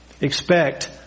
Expect